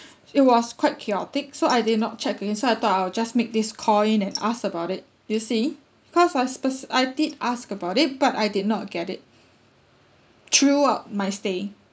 it was quite chaotic so I did not check it so I thought I'll just make this call in and ask about it you see because I speci~ I did ask about it but I did not get it throughout my staying